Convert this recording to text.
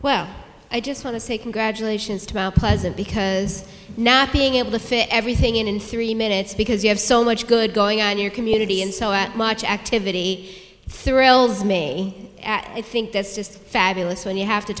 well i just want to say congratulations to pleasant because not being able to fit everything in in three minutes because you have so much good going on your community and so at much activity thrills me i think that's just fabulous when you have to